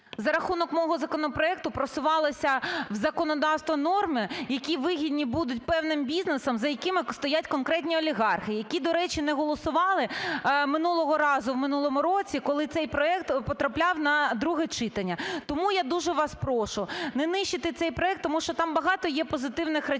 За рахунок мого законопроекту просувалися в законодавство норми, які вигідні будуть певним бізнесам, за якими стоять конкретні олігархи, які, до речі, не голосували минулого разу в минулому році, коли цей проект потрапляв на друге читання. Тому я дуже вас прошу, не нищити цей проект, тому що там багато є позитивних речей.